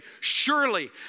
Surely